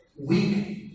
weak